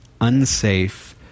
unsafe